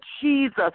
Jesus